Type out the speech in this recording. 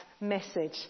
message